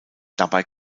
dabei